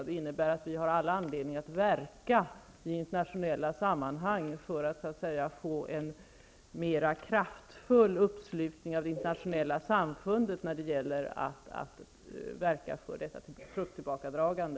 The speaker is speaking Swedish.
Det innebär att vi har all anledning att verka i internationella sammanhang för att få en mer kraftfull uppslutning av det internationella samfundet när det gäller att verka för detta trupptillbakadragande.